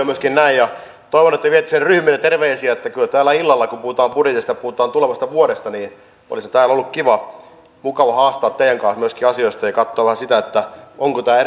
myöskin näin ja toivon että viette sinne ryhmille terveisiä että kyllä täällä illalla kun puhutaan budjetista ja puhutaan tulevasta vuodesta olisi ollut kiva mukava haastaa myöskin teidän kanssanne asioista ja katsoa vähän sitä onko tämä